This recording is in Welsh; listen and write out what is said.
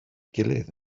gilydd